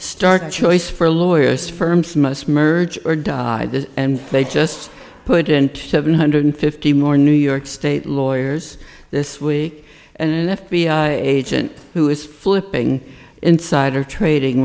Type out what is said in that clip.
stark choice for lawyers firms must merge or die and they just put into seven hundred fifty more new york state lawyers this week and an f b i agent who is flipping insider trading